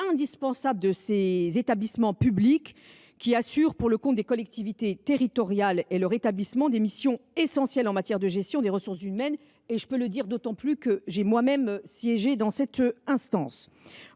indispensable de ces établissements publics, qui assurent, pour le compte des collectivités territoriales et leurs établissements, des missions essentielles en matière de gestion des ressources humaines. Je le dis d’autant plus volontiers que j’ai moi même siégé au sein de